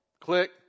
Click